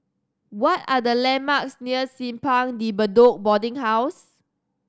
what are the landmarks near Simpang De Bedok Boarding House